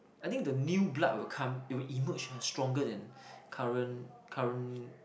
I think the new blood will come it will emerge ah stronger than current current